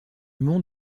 mont